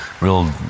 real